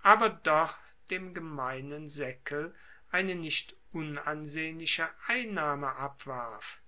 aber doch dem gemeinen saeckel eine nicht unansehnliche einnahme abwarf